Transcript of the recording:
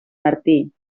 martí